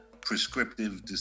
prescriptive